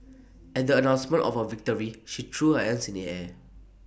at the announcement of her victory she threw her hands in the air